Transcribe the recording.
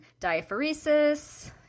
Diaphoresis